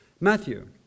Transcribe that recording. Matthew